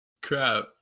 Crap